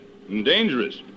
Dangerous